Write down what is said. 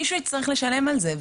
מישהו יצטרך לשלם על זה.